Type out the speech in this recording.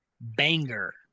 banger